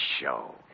show